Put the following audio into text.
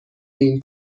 این